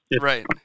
Right